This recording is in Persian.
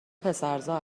پسرزا